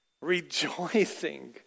rejoicing